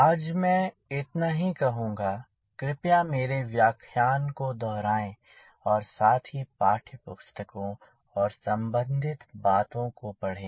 आज मैं इतना ही कहूँगा कृपया मेरे व्याख्यान को दोहराएँ और साथ ही पाठ्य पुस्तकों और संबंधित बातों को पढ़ें